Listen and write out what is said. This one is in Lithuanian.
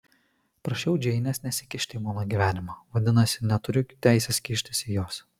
prašiau džeinės nesikišti į mano gyvenimą vadinasi neturiu teisės kištis į jos